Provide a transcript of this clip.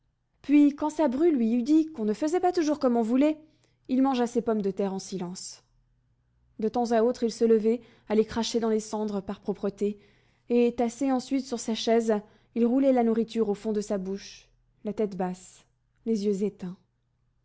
puis quand sa bru lui eut dit qu'on ne faisait pas toujours comme on voulait il mangea ses pommes de terre en silence de temps à autre il se levait allait cracher dans les cendres par propreté et tassé ensuite sur sa chaise il roulait la nourriture au fond de sa bouche la tête basse les yeux éteints